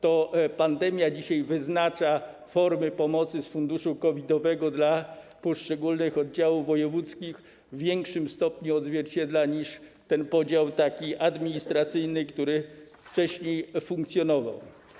To pandemia wyznacza dzisiaj formy pomocy z funduszu COVID-owego dla poszczególnych oddziałów wojewódzkich, w większym stopniu odzwierciedla to niż podział administracyjny, który wcześniej funkcjonował.